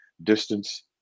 Distance